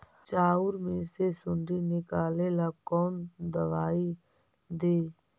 चाउर में से सुंडी निकले ला कौन दवाई दी?